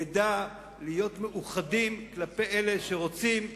נדע להיות מאוחדים כלפי אלה שרוצים להשמידנו,